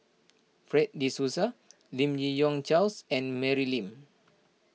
Fred De Souza Lim Yi Yong Charles and Mary Lim